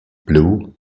blue